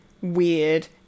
weird